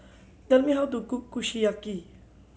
tell me how to cook Kushiyaki